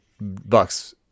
Buck's